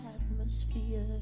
atmosphere